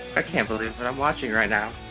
can't believe what i'm watching right now.